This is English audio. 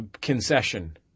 concession